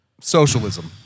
socialism